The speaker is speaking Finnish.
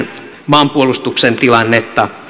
maanpuolustuksen tilannetta